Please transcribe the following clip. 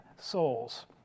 souls